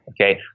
Okay